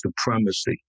supremacy